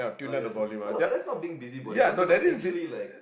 oh ya truth no but then that's no being busybody cause you know actually like